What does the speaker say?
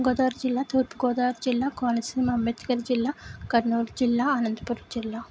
పశ్చిమ గోదావరి జిల్లా తూర్పు గోదావరి జిల్లా కోనసీమ అంబేద్కర్ జిల్లా కర్నూలు జిల్లా అనంతపురం జిల్లా